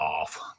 off